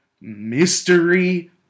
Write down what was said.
Mystery